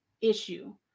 issue